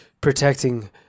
protecting